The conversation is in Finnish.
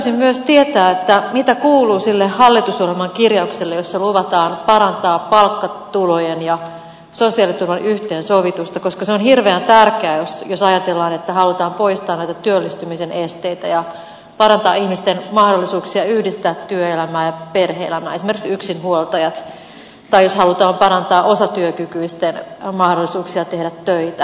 tahtoisin myös tietää mitä kuuluu sille hallitusohjelman kirjaukselle jossa luvataan parantaa palkkatulojen ja sosiaaliturvan yhteensovitusta koska se on hirveän tärkeää jos ajatellaan että halutaan poistaa näitä työllistymisen esteitä ja parantaa ihmisten mahdollisuuksia yhdistää työelämää ja perhe elämää esimerkiksi yksinhuoltajat tai jos halutaan parantaa osatyökykyisten mahdollisuuksia tehdä töitä